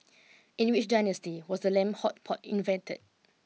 in which dynasty was the lamb hot pot invented